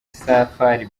safari